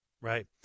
Right